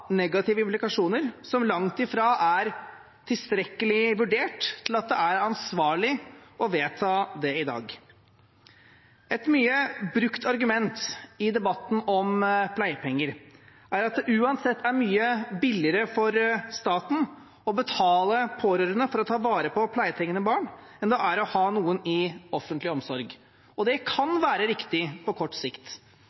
negative implikasjoner som langt fra er tilstrekkelig vurdert til at det er ansvarlig å vedta det i dag. Et mye brukt argument i debatten om pleiepenger er at det uansett er mye billigere for staten å betale pårørende for å ta vare på pleietrengende barn enn det er å ha noen i offentlig omsorg. Det kan